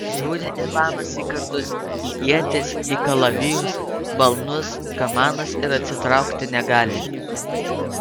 žiūri ivanas į kardus į ietis į kalavijus balnus kamanas ir atsitraukti negali